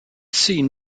scene